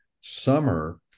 summer